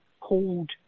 called